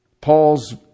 Paul's